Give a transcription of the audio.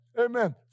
Amen